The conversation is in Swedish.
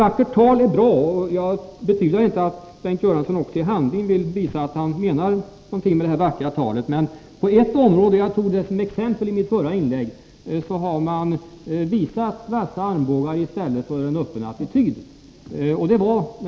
Vackert tal är bra, och jag tvivlar inte på att Bengt Göransson också i handling vill visa att han menar någonting med det vackra talet. Men på ett område — som jag tog som exempel i mitt förra inlägg — har man visat vassa armbågar i stället för en öppen attityd.